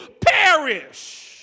perish